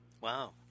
Wow